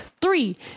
Three